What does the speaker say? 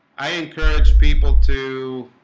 i encourage people to